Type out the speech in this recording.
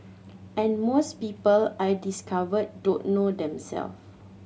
and most people I've discovered don't know themselves